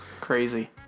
Crazy